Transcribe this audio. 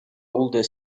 older